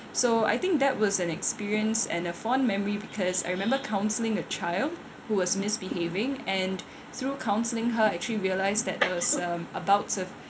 so I think that was an experience and a fond memory because I remember counselling a child who was misbehaving and through counselling her actually realised that there was uh about of